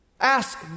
Ask